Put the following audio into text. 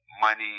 money